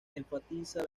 enfatiza